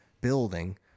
building